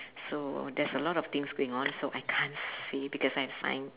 so there's a lot of things going on so I can't say because I sign